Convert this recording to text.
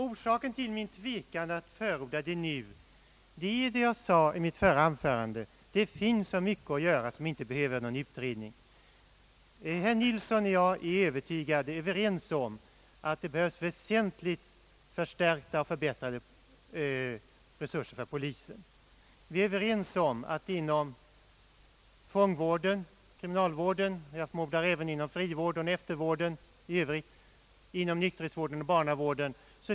Orsaken till min tvekan att förorda det nu är vad jag sade i mitt förra anförande. Det finns så mycket att göra som inte behöver någon utredning. Herr Nilsson och jag är överens om att det behövs väsentligt förstärkta och förbättrade resurser till polisen. Vi är överens om att det finns en mängd saker vi kan göra — inom fångvården, inom kriminalvården, jag förmodar även frivården och eftervården, och för Övrigt inom nykterhetsvården och barnavården.